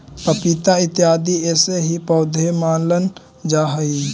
पपीता इत्यादि ऐसे ही पौधे मानल जा हई